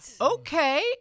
Okay